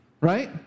right